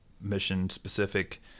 mission-specific